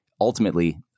ultimately